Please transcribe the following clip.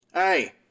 Hey